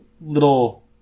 Little